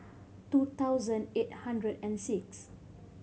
two thousand eight hundred and six